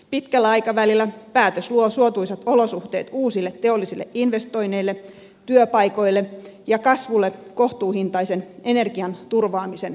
pitkällä aikavälillä päätös luo suotuisat olosuhteet uusille teollisille investoinneille työpaikoille ja kasvulle kohtuuhintaisen energian turvaamisen kautta